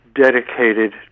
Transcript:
dedicated